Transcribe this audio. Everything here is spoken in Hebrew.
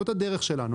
זאת הדרך שלנו.